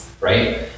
Right